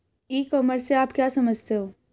ई commerce से आप क्या समझते हो?